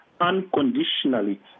unconditionally